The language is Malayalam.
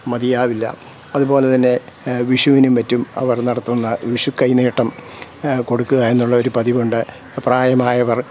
മതിയാവില്ല അതുപോലെ തന്നെ വിഷുവിനും മറ്റും അവർ നടത്തുന്ന വിഷുക്കൈനീട്ടം കൊടുക്കുക എന്നുള്ള ഒരു പതിവുണ്ട് പ്രായമായവർ